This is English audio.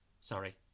Sorry